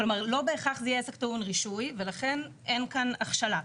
כלומר לא בהכרח זה יהיה עסק טעון רישוי ולכן אין כאן הכשלה.